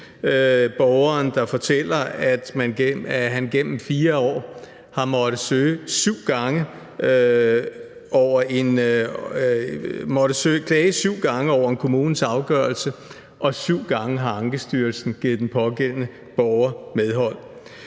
borgeren, der fortæller, at han gennem 4 år har måttet klage syv gange over en kommunes afgørelse, og at syv gange har Ankestyrelsen givet den pågældende borger medhold.